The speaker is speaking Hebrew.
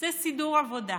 זה סידור עבודה.